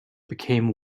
became